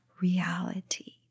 reality